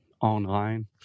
online